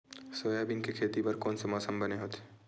Soybean के खेती बर कोन से मौसम बने होथे?